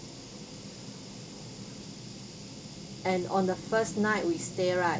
and on the first night we stay right